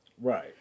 Right